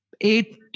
eight